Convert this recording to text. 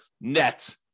net